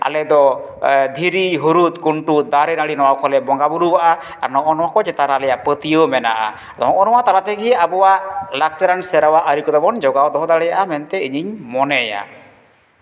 ᱟᱞᱮᱫᱚ ᱫᱷᱤᱨᱤ ᱦᱩᱨᱩᱫ ᱠᱷᱩᱱᱴᱩᱲ ᱫᱟᱹᱨᱮᱼᱱᱟᱹᱲᱤ ᱱᱚᱣᱟ ᱠᱚᱞᱮ ᱵᱚᱸᱜᱟᱼᱵᱩᱨᱩᱣᱟᱜᱼᱟ ᱟᱨ ᱱᱚᱜᱼᱚ ᱱᱚᱣᱟ ᱠᱚ ᱪᱮᱛᱟᱱ ᱟᱞᱮᱭᱟᱜ ᱯᱟᱹᱛᱭᱟᱹᱣ ᱢᱮᱱᱟᱜᱼᱟ ᱱᱚᱜᱼᱚ ᱱᱚᱣᱟ ᱛᱟᱞᱟ ᱛᱮᱜᱮ ᱟᱵᱚᱣᱟᱜ ᱞᱟᱠᱪᱟᱨ ᱟᱱ ᱥᱮᱨᱣᱟ ᱟᱹᱨᱤ ᱠᱚᱫᱚ ᱵᱚᱱ ᱡᱚᱜᱟᱣ ᱫᱚᱦᱚ ᱫᱟᱲᱮᱭᱟᱜᱼᱟ ᱢᱮᱱᱛᱮ ᱤᱧᱤᱧ ᱢᱚᱱᱮᱭᱟ